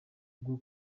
bwo